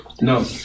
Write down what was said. No